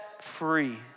free